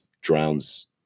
drowns